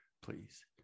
please